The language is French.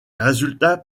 résultats